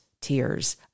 tears